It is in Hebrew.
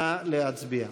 נא להצביע.